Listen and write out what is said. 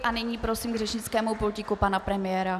A nyní prosím k řečnickému pultíku pana premiéra.